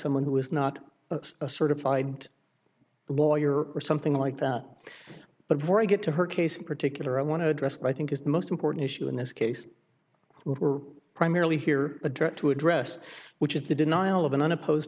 someone who is not a certified lawyer or something like that but before i get to her case in particular i want to address what i think is the most important issue in this case were primarily here addressed to address which is the denial of an unoppose